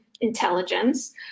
intelligence